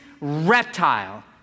reptile